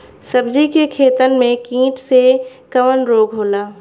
सब्जी के खेतन में कीट से कवन रोग होला?